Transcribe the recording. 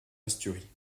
asturies